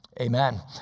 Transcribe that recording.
Amen